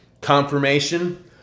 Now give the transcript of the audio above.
Confirmation